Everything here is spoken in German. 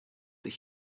ich